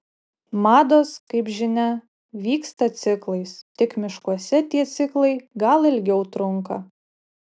mados kaip žinia vyksta ciklais tik miškuose tie ciklai gal ilgiau trunka